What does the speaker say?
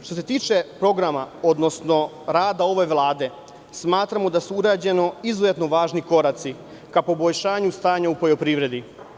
Što se tiče programa, odnosno rada ove Vlade, smatramo da su urađeni izuzetno važni koraci ka poboljšanju stanja u poljoprivredi.